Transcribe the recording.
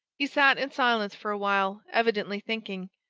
he sat in silence for a while, evidently thinking.